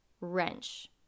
wrench